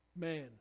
Man